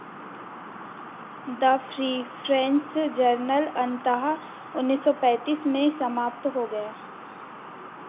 the free French journal अन्तः उनीस सौ पैंतीस में समाप्त हो गया